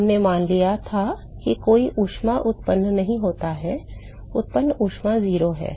हमने मान लिया था कि कोई ऊष्मा उत्पन्न नहीं होता है उत्पन्न ऊष्मा 0 है